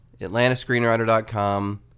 atlantascreenwriter.com